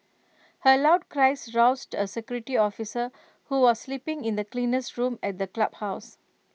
her loud cries roused A security officer who was sleeping in the cleaner's room at the clubhouse